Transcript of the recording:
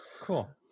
cool